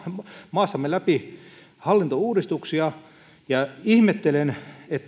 maassamme läpi hallintouudistuksia ihmettelen